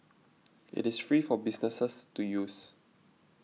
it is free for businesses to use